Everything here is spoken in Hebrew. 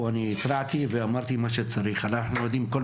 אני רוצה להתייחס לשני דברים: הראשון